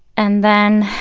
and then,